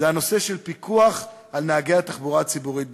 וזה הנושא של פיקוח על נהגי התחבורה הציבורית בישראל.